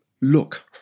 look